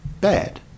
bad